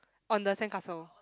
on the sand castle